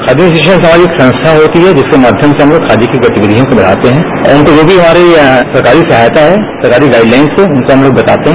khadi institution हमारी एक संस्था होती है जिसके माध्यम से हम तोग खादी की गतिविषयों को बढ़ाते हैं और उनको जो मी हमारी सरकारी सहायता है सरकारी गाइड ताइन्स है उनको हम लोग बताते हैं